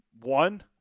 One